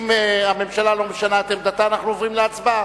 אם הממשלה לא משנה את עמדתה, אנחנו עוברים להצבעה.